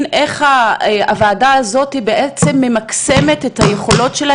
איך הוועדה הזאת בעצם ממקסמת את היכולות שלה,